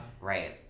right